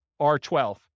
R12